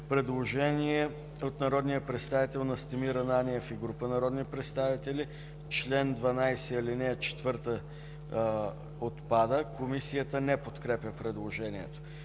Предложение от народния представител Настимир Ананиев и група народни представители: „Чл. 12, ал. 4 отпада.” Комисията не подкрепя предложението.